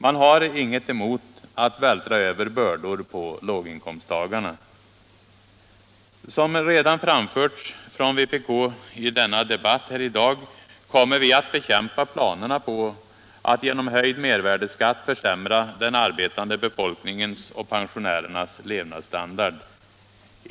Man har ingenting emot att vältra över bördor på låginkomsttagarna. Som redan framförts från vpk i denna debatt kommer vi att bekämpa planerna på att genom höjd mervärdeskatt försämra den arbetande befolkningens och pensionärernas levnadsstandard.